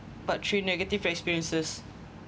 part three negative experiences